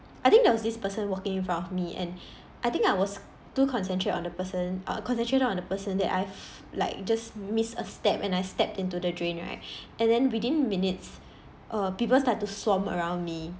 I think there was this person walking in front of me and I think I was too concentrate on the person uh concentrated on the person that I've like just missed a step when I step into the drain right and then within minutes uh people start to swarm around me